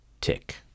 Tick